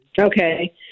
Okay